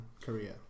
Korea